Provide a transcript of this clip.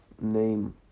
name